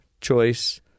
choice